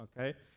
Okay